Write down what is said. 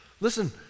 listen